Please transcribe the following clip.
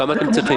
כמה אתם צריכים?